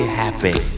happy